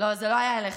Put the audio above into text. זה לא היה אליך.